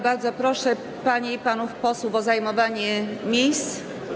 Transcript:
Bardzo proszę panie i panów posłów o zajmowanie miejsc.